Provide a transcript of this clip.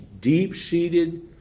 deep-seated